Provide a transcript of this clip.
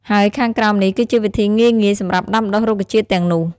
ហើយខាងក្រោមនេះគឺជាវិធីងាយៗសម្រាប់ដាំដុះរុក្ខជាតិទាំងនោះ។